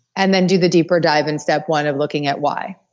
and then do the deeper dive in step one of looking at why.